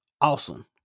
awesome